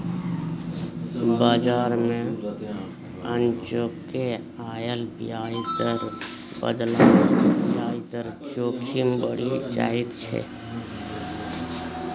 बजार मे अनचोके आयल ब्याज दर बदलाव सँ ब्याज दर जोखिम बढ़ि जाइत छै